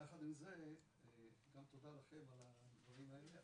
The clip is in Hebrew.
גם תודה לכם על הדברים האלה.